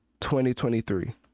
2023